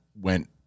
went